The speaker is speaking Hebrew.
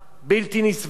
בלתי נסבל.